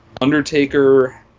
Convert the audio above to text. Undertaker